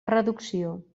reducció